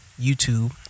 youtube